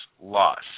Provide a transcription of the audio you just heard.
loss